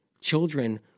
Children